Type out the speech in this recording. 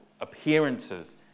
appearances